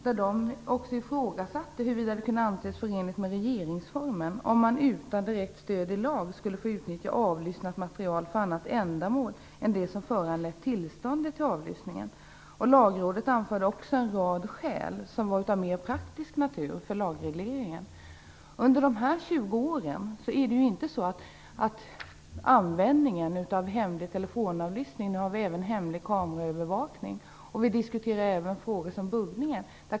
Lagrådet ifrågasatte huruvida det kunde anses förenligt med regeringsformen att utan direkt stöd i lag utnyttja avlyssnat material för annat ändamål än det som föranlett tillståndet till avlyssningen. Lagrådet anförde också en rad skäl av mer praktisk natur för lagregleringen. Under de här 20 åren har kontrollen av människorna inte blivit mindre utan större. Användningen av hemlig telefonavlyssning har inte blivit mindre - nu har vi också kameraövervakning, och vi diskuterar även frågor som buggning.